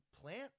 plant